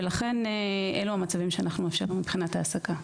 ולכן אלו המצבים שאנחנו מאפשרים בהעסקה.